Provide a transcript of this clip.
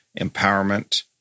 empowerment